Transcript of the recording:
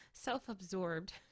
self-absorbed